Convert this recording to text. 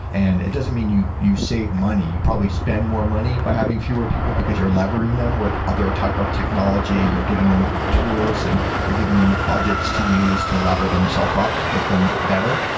and it doesn't mean you you save money. you probably spend more money by having fewer people, because you're levering them with other type of technology. you're giving them tools and you're giving them budgets to use to lever them self up to get them better,